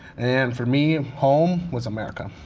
and for me, and home was america.